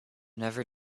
never